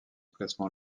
classement